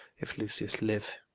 if lucius live,